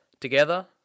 Together